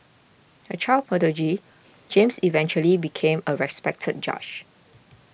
a child prodigy James eventually became a respected judge